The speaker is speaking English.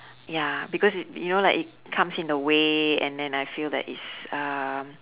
ya because i~ it you know like it comes in the way and then I feel like it's uh